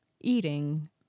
eating